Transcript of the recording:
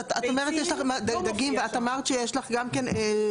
את אמרת שתעשי התאמה לגבי דגים?